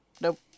nope